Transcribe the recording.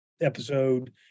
episode